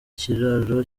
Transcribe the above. kiraro